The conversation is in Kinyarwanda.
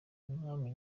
ubwami